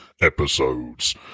episodes